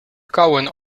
kauwen